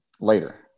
later